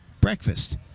breakfast